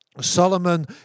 Solomon